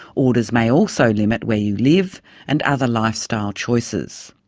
orders may also limit where you live and other lifestyle choices.